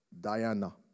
Diana